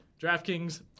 DraftKings